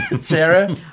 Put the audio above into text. Sarah